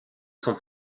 sont